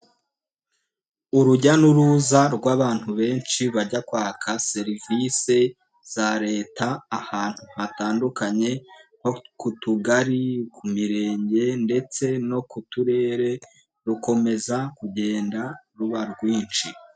Urujya n'uruza rw'abantu benshi bajya kwaka serivisi za Leta ahantu hatandukanye, nko ku tugari, ku mirenge ndetse no ku turere, rukomeza kugenda ruba rwinshi.